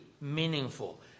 meaningful